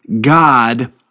God